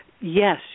Yes